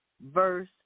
verse